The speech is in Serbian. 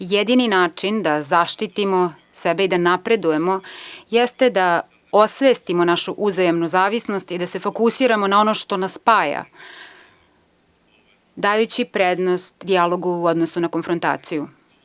Jedini način da zaštitimo sebe i da napredujemo jeste da osvestimo našu uzajamnu zavisnost i da se fokusiramo na ono što nas spaja, dajući prednost dijalogu u odnosu na konfrontaciju.